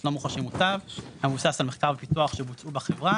לא מוחשי מוטב המבוסס על מחקר ופיתוח שבוצעו בחברה